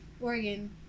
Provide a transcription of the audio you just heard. Oregon